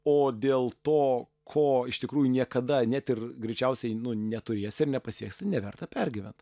o dėl to ko iš tikrųjų niekada net ir greičiausiai nu neturės ir nepasieks neverta pergyvent